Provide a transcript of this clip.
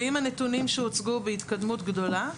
ועם הנתונים שנמסרו והתקדמות גדולה,